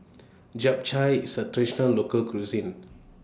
Japchae IS A Traditional Local Cuisine